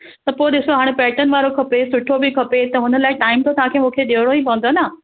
त पोइ ॾिसो हाणे पैटर्न वारो खपे सुठो बि खपे त हुन लाइ टाइम त तव्हांखे मूंखे ॾियणो ई पवंदो न